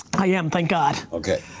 i am, thank god. okay.